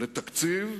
לתקציב.